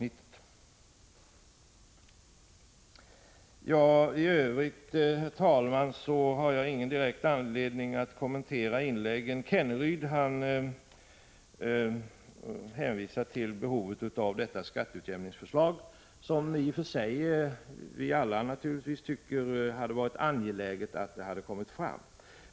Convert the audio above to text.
I övrigt har jag ingen direkt anledning att kommentera de olika inläggen. Rolf Kenneryd efterlyste ett skatteutjämningsförslag. I och för sig kan vi alla naturligtvis tycka att det hade varit angeläget med ett sådant förslag.